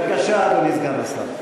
בבקשה, אדוני סגן השר.